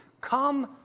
come